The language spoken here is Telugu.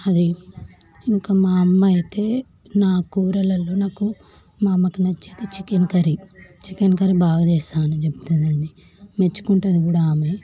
అది ఇంకా మా అమ్మ అయితే నా కూరలల్లో నాకు మా అమ్మకు నచ్చేది చికెన్ కర్రీ చికెన్ కర్రీ బాగా చేస్తా అని చెప్తుంది అండి మెచ్చుకుంటుంది కూడా ఆమె